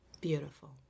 Beautiful